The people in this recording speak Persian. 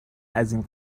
ازاین